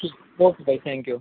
ٹھیک ہے اوکے بھائی تھینک یو